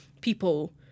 people